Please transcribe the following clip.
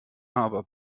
aber